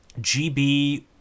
GB